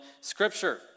Scripture